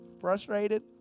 frustrated